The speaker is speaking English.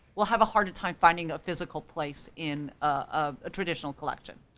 we'll have harder time finding a physical place in a traditional collection.